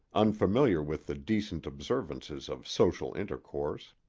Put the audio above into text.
unfamiliar with the decent observances of social intercourse.